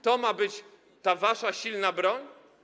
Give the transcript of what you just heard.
To ma być ta wasza silna broń?